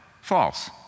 false